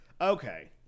Okay